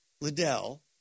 Liddell